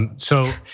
and so,